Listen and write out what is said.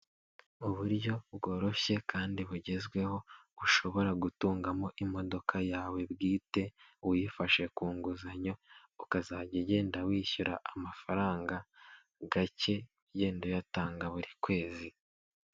Uburyo bworoshye kandi bugezweho ushobora gutungamo imodoka yawe bwite uyifashe ku nguzanyo ukazajya ugenda wishyura amafaranga gake ugenda uyatanga buri kwezi.